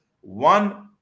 one